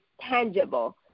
tangible